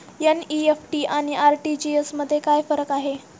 NEFT आणि RTGS मध्ये काय फरक आहे?